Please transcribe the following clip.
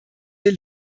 wir